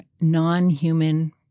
non-human